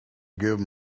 give